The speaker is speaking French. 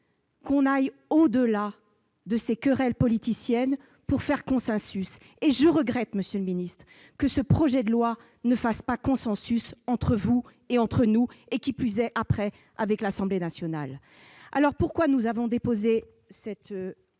mérite de dépasser ces querelles politiciennes pour faire consensus. Et je regrette, monsieur le ministre, que ce projet de loi ne fasse pas consensus entre vous et nous et, qui plus est, avec l'Assemblée nationale. Si nous avons déposé cet